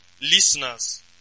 listeners